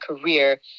career